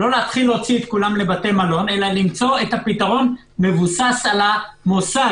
לא להוציא את כולם לבתי מלון אלא למצוא את הפתרון מבוסס על המוסד.